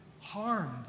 harmed